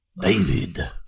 David